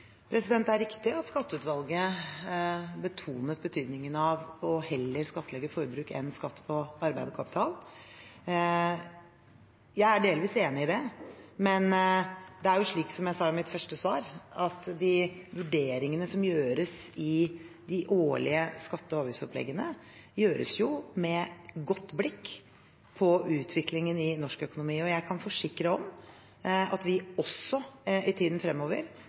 Det er riktig at skatteutvalget betonet betydningen av heller å skattlegge forbruk enn å ha skatt på arbeid og kapital. Jeg er delvis enig i det, men det er jo slik, som jeg sa i mitt første svar, at de vurderingene som gjøres i de årlige skatte- og avgiftsoppleggene, gjøres med godt blikk på utviklingen i norsk økonomi. Jeg kan forsikre om at vi i tiden fremover